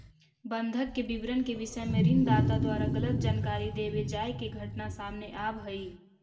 बंधक के विवरण के विषय में ऋण दाता द्वारा गलत जानकारी देवे जाए के घटना सामने आवऽ हइ